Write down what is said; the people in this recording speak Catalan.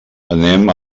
anem